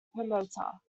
promoter